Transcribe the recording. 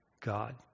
God